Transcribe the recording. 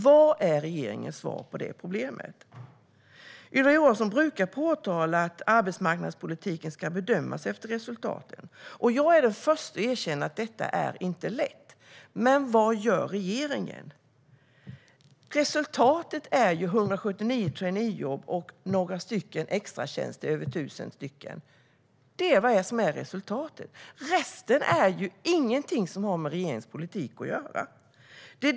Vad är regeringens svar på det problemet? Ylva Johansson brukar påpeka att arbetsmarknadspolitiken ska bedömas efter resultaten. Jag är den första att erkänna att detta inte är lätt, men vad gör regeringen? Resultatet är ju 179 traineejobb och strax över tusen extratjänster. Det är resultatet - resten är ingenting som har med regeringens politik att göra.